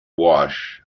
wash